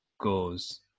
goes